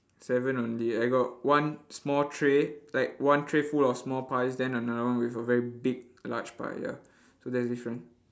seven only I got one small tray like one tray full of small pies then another one with a very big large pie ya so that's different